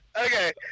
Okay